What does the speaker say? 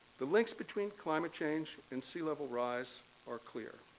the links between climate change and sea level rise are clear.